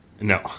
No